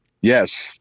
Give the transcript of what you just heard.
yes